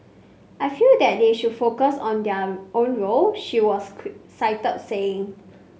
I feel that they should focus on their own role she was cited saying